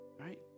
right